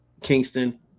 Kingston